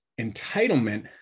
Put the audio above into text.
entitlement